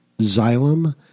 Xylem